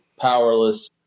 powerless